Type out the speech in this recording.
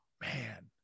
Man